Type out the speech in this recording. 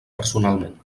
personalment